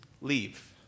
leave